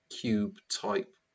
cube-type